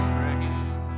rain